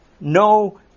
No